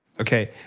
Okay